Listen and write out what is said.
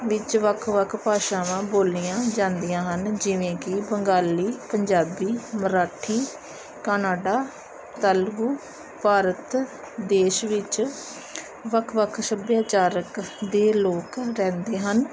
ਵਿੱਚ ਵੱਖ ਵੱਖ ਭਾਸ਼ਾਵਾਂ ਬੋਲੀਆਂ ਜਾਂਦੀਆਂ ਹਨ ਜਿਵੇਂ ਕਿ ਬੰਗਾਲੀ ਪੰਜਾਬੀ ਮਰਾਠੀ ਕਨਾਡਾ ਤੇਲਗੂ ਭਾਰਤ ਦੇਸ਼ ਵਿੱਚ ਵੱਖ ਵੱਖ ਸੱਭਿਆਚਾਰ ਦੇ ਲੋਕ ਰਹਿੰਦੇ ਹਨ